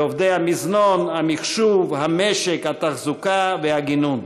לעובדי המזנון, המחשוב, המשק, התחזוקה והגינון.